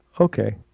Okay